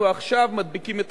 אנחנו עכשיו מדביקים את